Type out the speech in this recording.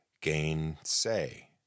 Gainsay